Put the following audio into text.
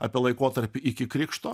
apie laikotarpį iki krikšto